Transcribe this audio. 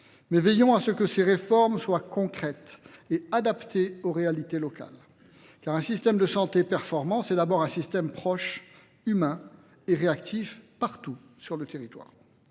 Mais veillons à ce que ces réformes soient concrètes et adaptées aux réalités locales, car un système de santé et performance est d'abord un système proche, humain et réactif partout sur le territoire.